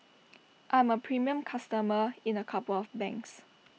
I'm A premium customer in A couple of banks